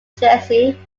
jersey